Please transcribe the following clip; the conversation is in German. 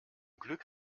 glück